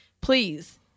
please